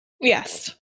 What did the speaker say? Yes